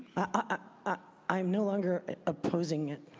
ah i am no longer opposing it.